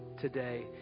today